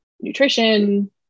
nutrition